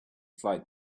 flight